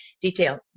detail